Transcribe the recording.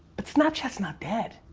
but snapchat's not dead.